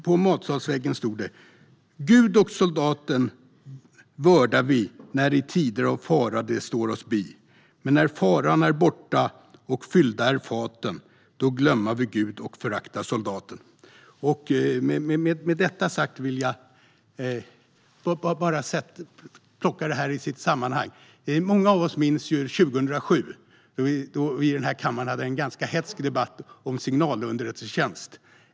På matsalsväggen stod det: Gud och soldaten vördar vi, när i tider av fara de står oss bi. Men när faran är borta och fyllda är faten, då glömma vi Gud och förakta soldaten. Jag vill sätta det i ett sammanhang. Många av oss minns en ganska hätsk debatt här i kammaren 2007 om signalunderrättelsetjänst.